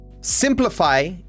simplify